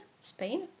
Spain